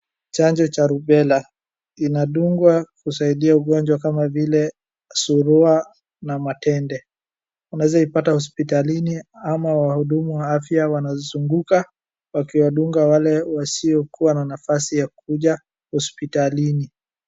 Chanjo cha Rubela inadungwa ikisaidia magonjwa kama vile Surua na Matende . Unaeza ipata hospitalini au wahudumu wa afya wanazunguka wakiwadunga wale wasio na nafasi ya kuja hospitalini .